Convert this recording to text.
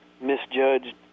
misjudged